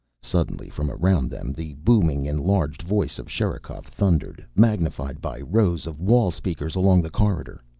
suddenly from around them the booming, enlarged voice of sherikov thundered, magnified by rows of wall speakers along the corridor.